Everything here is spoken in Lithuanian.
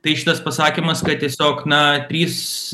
tai šitas pasakymas kad tiesiog na trys